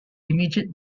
immediate